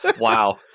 wow